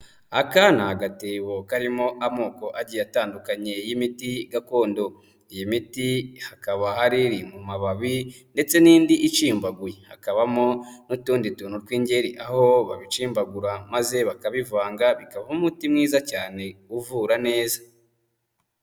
Akana ni agatebo karimo amoko agiye atandukanye y'imiti gakondo. Iyi miti hakaba hari iri mu mababi ndetse n'indi icimbaguye, hakabamo n'utundi tuntu tw'ingeri, aho babicimbagura maze bakabivanga bikavamo umuti mwiza cyane uvura neza.